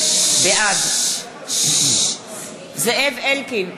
בעד זאב אלקין,